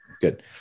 Good